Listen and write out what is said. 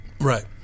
Right